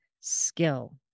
skill